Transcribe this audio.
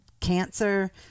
cancer